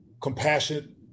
compassion